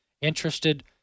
interested